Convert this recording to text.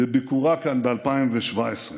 בביקורה כאן ב-2017.